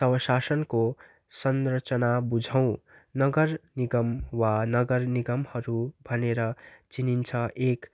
सव शाषणको संरचना बुझौँ नगर निगम वा नगर निगमहरू भनेर चिनिन्छ एक